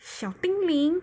小叮铃